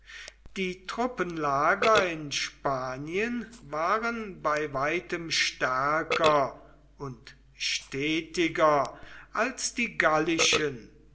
die truppenlager in spanien waren bei weitem stärker und stetiger als die gallischen